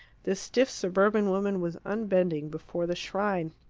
this stiff suburban woman was unbending before the shrine.